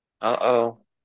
Uh-oh